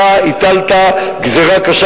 אתה הטלת גזירה קשה,